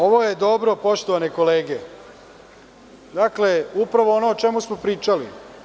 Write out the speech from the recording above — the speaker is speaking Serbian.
Ovo je dobro, poštovane kolege, upravo ono o čemu smo pričali.